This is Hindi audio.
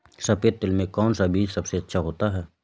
सफेद तिल में कौन सा बीज सबसे अच्छा होता है?